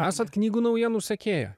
esat knygų naujienų sekėja